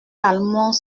talmont